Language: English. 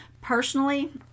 Personally